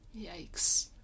Yikes